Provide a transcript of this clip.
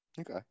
Okay